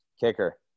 kicker